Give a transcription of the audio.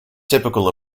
typical